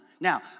Now